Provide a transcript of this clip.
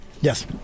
Yes